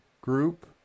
group